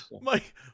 Mike